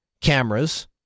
cameras